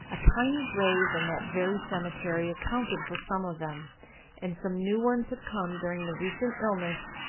a tiny grave in that very cemetery accounted for some of them and some new ones had come during the recent illness,